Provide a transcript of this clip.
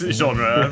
genre